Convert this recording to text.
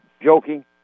joking